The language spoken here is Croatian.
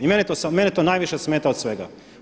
I mene to najviše smeta od svega.